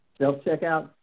self-checkout